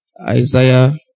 Isaiah